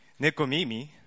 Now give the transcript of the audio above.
Nekomimi